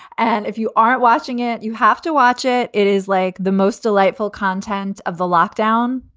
and if you aren't watching it, you have to watch it. it is like the most delightful content of the lockdown,